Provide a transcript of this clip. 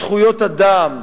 זכויות אדם,